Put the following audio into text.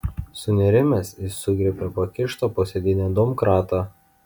sunerimęs jis sugriebė pakištą po sėdyne domkratą